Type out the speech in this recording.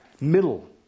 middle